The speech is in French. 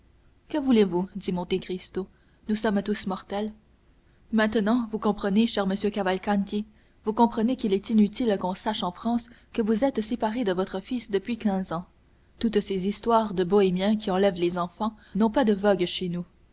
que voulez-vous dit monte cristo nous sommes tous mortels maintenant vous comprenez cher monsieur cavalcanti vous comprenez qu'il est inutile qu'on sache en france que vous êtes séparé de votre fils depuis quinze ans toutes ces histoires de bohémiens qui enlèvent les enfants n'ont pas de vogue chez nous